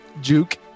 Juke